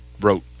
wrote